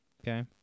Okay